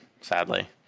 sadly